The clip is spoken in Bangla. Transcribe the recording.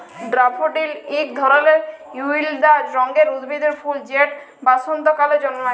ড্যাফোডিল ইক ধরলের হইলদা রঙের উদ্ভিদের ফুল যেট বসল্তকালে জল্মায়